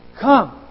Come